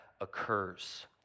occurs